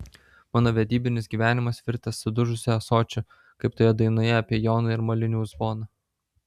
mano vedybinis gyvenimas virtęs sudužusiu ąsočiu kaip toje dainoje apie joną ir molinį uzboną